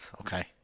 okay